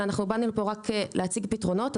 אבל באנו לכאן להציג רק פתרונות,